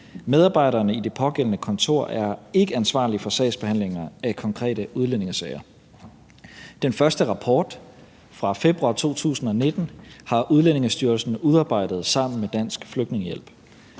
Medarbejderne i det pågældende kontor er ikke ansvarlige for sagsbehandlinger af konkrete udlændingesager. Den første rapport fra februar 2019 har Udlændingestyrelsen udarbejdet sammen med Dansk Flygtningehjælp.